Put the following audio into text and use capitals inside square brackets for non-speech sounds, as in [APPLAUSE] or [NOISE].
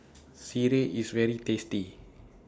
[NOISE] Sireh IS very tasty